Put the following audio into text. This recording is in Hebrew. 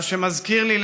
מה שמזכיר לי,